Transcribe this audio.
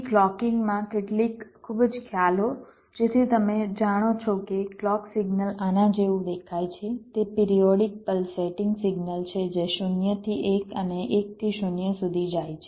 તેથી ક્લૉકિંગમાં કેટલીક ખૂબ જ ખ્યાલો જેથી તમે જાણો છો કે ક્લૉક સિગ્નલ આના જેવું દેખાય છે તે પિરિયોડિક પલ્સેટિંગ સિગ્નલ છે જે 0 થી 1 અને 1 થી 0 સુધી જાય છે